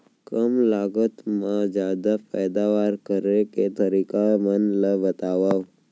कम लागत मा जादा पैदावार करे के तरीका मन ला बतावव?